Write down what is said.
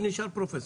נשאר פרופסור.